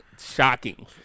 shocking